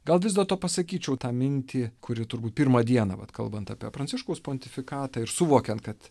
gal vis dėlto pasakyčiau tą mintį kuri turbūt pirmą dieną bet kalbant apie pranciškaus pontifikatą ir suvokiant kad